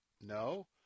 No